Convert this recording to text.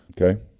Okay